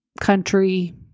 country